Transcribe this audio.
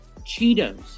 Cheetos